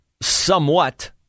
Somewhat